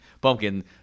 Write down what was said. Pumpkin –